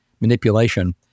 manipulation